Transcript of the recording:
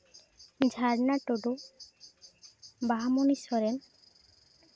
ᱡᱷᱟᱨᱱᱟ ᱴᱩᱰᱩ ᱵᱟᱦᱟᱢᱚᱱᱤ ᱥᱚᱨᱮᱱ